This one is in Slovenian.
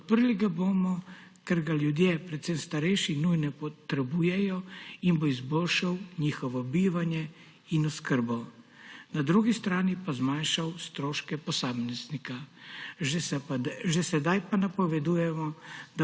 Podprli ga bomo, ker ga ljudje, predvsem starejši, nujno potrebujejo in bo izboljšal njihovo bivanje in oskrbo, na drugi strani pa zmanjšal stroške posameznika. Že sedaj pa napovedujemo,